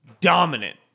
dominant